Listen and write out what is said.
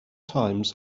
times